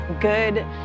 good